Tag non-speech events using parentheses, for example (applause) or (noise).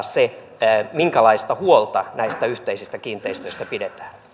(unintelligible) se minkälaista huolta näistä yhteisistä kiinteistöistä pidetään